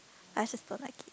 I just don't like